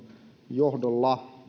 johdolla